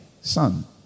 Son